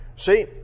See